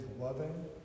loving